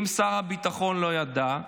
אם שר הביטחון לא ידע,